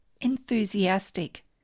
enthusiastic